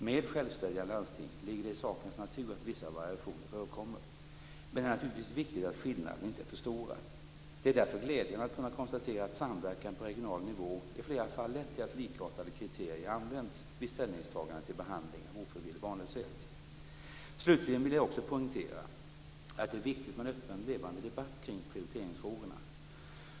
Med självständiga landsting ligger det i sakens natur att vissa variationer förekommer. Men det är naturligtvis viktigt att skillnaderna inte är för stora. Det är därför glädjande att kunna konstatera att samverkan på regional nivå i flera fall lett till att likartade kriterier används vid ställningstagande till behandling av ofrivillig barnlöshet. Slutligen vill jag också poängtera att det är viktigt med en öppen, levande debatt kring prioriteringsfrågorna.